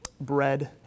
Bread